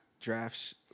drafts